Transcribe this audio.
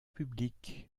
public